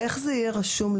איך זה יהיה רשום,